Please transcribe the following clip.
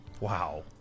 Wow